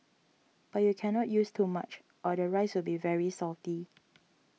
but you can not use too much or the rice will be very salty